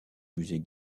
musée